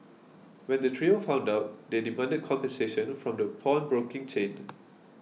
when the trio found out they demanded compensation from the pawnbroking chain